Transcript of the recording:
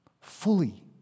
fully